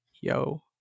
Yo